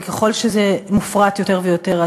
וככל שזה מופרט יותר ויותר,